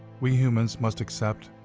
we humans must accept